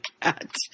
cat